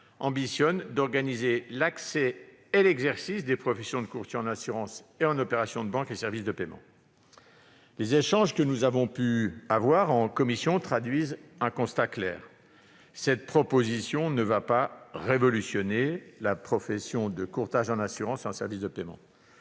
ambitionne d'organiser l'accès et l'exercice des professions de courtiers en assurances et en opérations de banque et en services de paiement. Les échanges que nous avons pu avoir en commission traduisent un constat clair : cette proposition de loi ne va pas révolutionner la profession de courtage en assurances et en services de paiement.